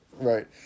Right